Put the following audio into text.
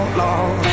long